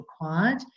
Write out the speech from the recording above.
required